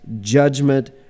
judgment